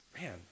man